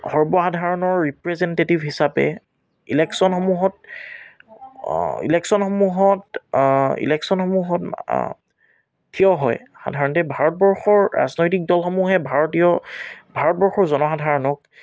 সৰ্বসাধাৰণৰ ৰিপ্ৰেজেণ্টেটিভ হিচাপে ইলেকশ্যনসমূহত ইলেকশ্যনসমূহত ইলেকশ্যনসমূহত থিয় হয় সাধাৰণতে ভাৰতবৰ্ষৰ ৰাজনৈতিক দলসমূহে ভাৰতীয় ভাৰতবৰ্ষৰ জনসাধাৰণক